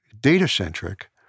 data-centric